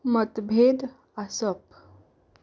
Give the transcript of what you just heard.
मतभेद आसप